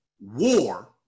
war